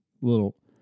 little